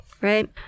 right